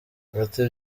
ati